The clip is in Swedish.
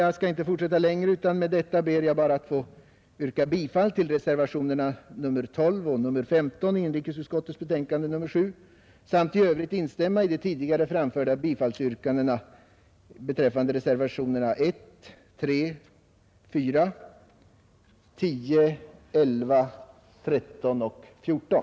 Jag skall inte fortsätta längre utan ber med detta att få yrka bifall till reservationerna 12 och 15 vid inrikesutskottets betänkande nr 7 samt i övrigt instämma i de tidigare framställda bifallsyrkandena beträffande reservationerna 1, 3,4, 10, 11, 13 och 14.